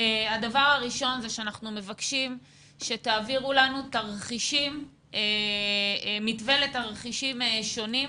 הדבר הראשון שאנחנו מבקשים הוא שתעבירו לנו מתווה לתרחישים שונים,